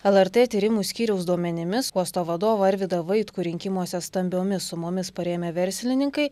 lrt tyrimų skyriaus duomenimis uosto vadovą arvydą vaitkų rinkimuose stambiomis sumomis parėmę verslininkai